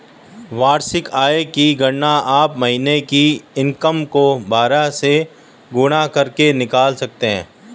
वार्षिक आय की गणना आप महीने की इनकम को बारह से गुणा करके निकाल सकते है